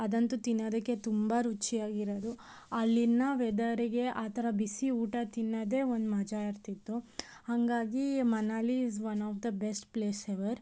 ಅದಂತೂ ತಿನ್ನೋದಕ್ಕೆ ತುಂಬ ರುಚಿಯಾಗಿರೋದು ಅಲ್ಲಿನ ವೆದರ್ಗೆ ಆ ಥರ ಬಿಸಿ ಊಟ ತಿನ್ನೋದೇ ಒಂದು ಮಜಾ ಇರ್ತಿತ್ತು ಹಾಗಾಗಿ Manali is one of the best place ever